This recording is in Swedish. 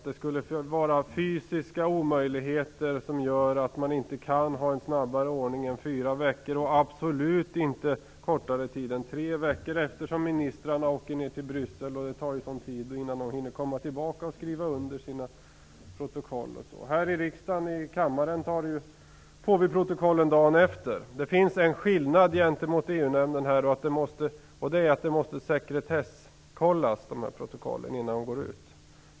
Det skulle vara fysiska omöjligheter som gör att man inte kan ha en snabbare ordning än fyra veckor och absolut inte kortare tid än tre veckor, eftersom ministrarna åker ned till Bryssel och eftersom det tar sådan tid innan de hinner komma tillbaka och skriva under sina protokoll. Protokollen från debatterna i kammaren får vi dagen efter. Det finns en skillnad gentemot EU nämnden, och den är att de protokollen måste sekretesskollas innan de går ut.